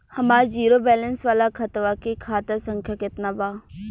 हमार zero balance वाला खतवा के खाता संख्या केतना बा?